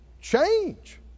Change